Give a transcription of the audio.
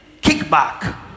kickback